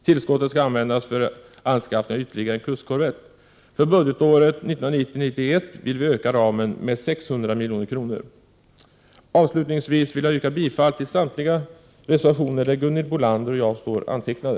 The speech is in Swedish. Tillskottet skall användas för anskaffning av ytterligare en kustkorvett. För budgetåret 1990/91 vill vi öka ramen med 600 milj.kr. Avslutningsvis vill jag yrka bifall till samtliga reservationer där Gunhild Bolander och jag står antecknade.